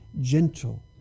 gentle